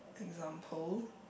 example